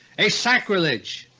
a sacrilege,